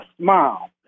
smile